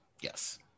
Yes